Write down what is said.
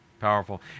Powerful